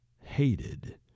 hated